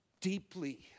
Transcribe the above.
deeply